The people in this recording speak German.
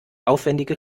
aufwendige